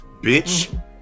bitch